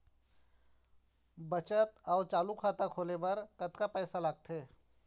बचत अऊ चालू खाता खोले बर कतका पैसा लगथे?